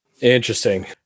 Interesting